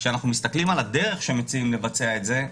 כשאנחנו מסתכלים על הדרך שהם מציעים לבצע את זה,